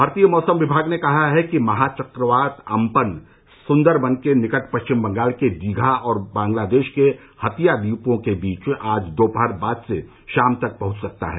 भारतीय मौसम विभाग ने कहा है कि महा चक्रवात अम्पन सुन्दरबन के निकट पश्चिम बंगाल के दीघा और बांग्लादेश के हतिया द्वीपों के बीच आज दोपहर बाद से शाम तक पहुंच सकता है